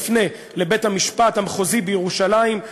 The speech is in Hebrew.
יפנה לבית-המשפט המחוזי בירושלים,